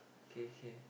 okay okay